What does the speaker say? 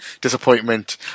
disappointment